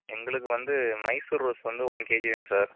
எங்களுக்கு வந்து மைசூர் ரோஸ் வந்து ஒன் கேஜி வேணும் சார்